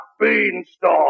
beanstalk